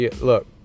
look